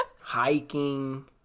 hiking